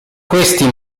questi